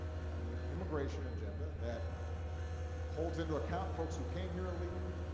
an immigration agenda that holds into account folks who came here illegally,